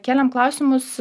kėlėm klausimus